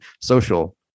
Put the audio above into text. social